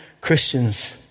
Christians